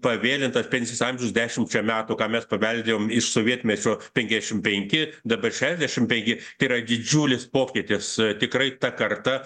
pavėlintas pensijos amžius dešimčia metų ką mes paveldėjom iš sovietmečio penkiasdešim penki dabar šešdešim penki tai yra didžiulis pokytis tikrai ta karta